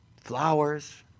Flowers